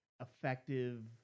effective